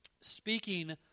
speaking